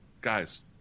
guys